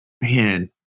Man